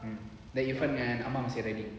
mm then irfan and amar masih ada lagi